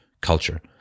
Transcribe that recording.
culture